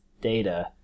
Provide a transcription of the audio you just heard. data